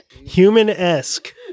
Human-esque